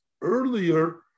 earlier